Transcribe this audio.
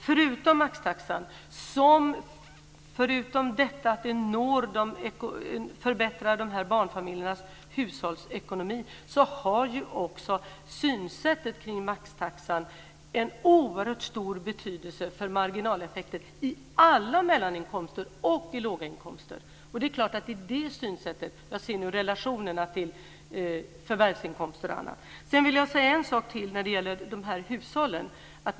Förutom att maxtaxan förbättrar barnfamiljernas hushållsekonomi har också synsättet kring maxtaxan en oerhört stor betydelse för marginaleffekter i alla mellaninkomster och i låga inkomster. Det är klart att det synsättet finns. Jag ser nu relationerna kring förvärvsinkomster och annat. Sedan vill jag säga en sak till när det gäller hushållen.